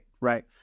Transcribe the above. Right